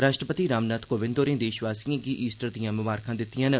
राष्ट्रपति रामनाथ कोविंद होरें देशवासिएं गी ईस्टर दिआं ममारखां दित्तिआं न